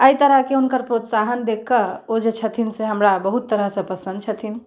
अइ तरहके हुनकर प्रोत्साहन देख कऽ ओ जे छथिन से हमरा बहुत तरहसँ पसन्द छथिन